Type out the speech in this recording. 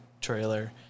trailer